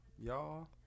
Y'all